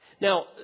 Now